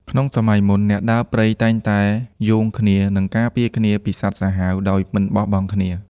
ក្នុងសម័យមុន អ្នកដើរព្រៃតែងតែយោងគ្នា និងការពារគ្នាពីសត្វសាហាវដោយមិនបោះបង់គ្នា។